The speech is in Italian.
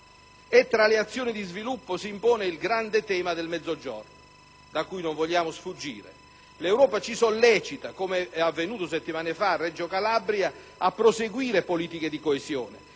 Tra le azioni di sviluppo si impone poi il grande tema del Mezzogiorno, da cui non vogliamo sfuggire. L'Europa ci sollecita, com'è avvenuto settimane fa a Reggio Calabria, a proseguire politiche di coesione